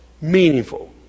meaningful